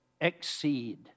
exceed